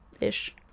ish